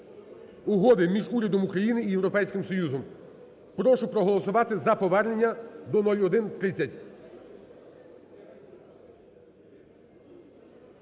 Угоди між Урядом України і Європейським Союзом. Прошу проголосувати за повернення до 0130.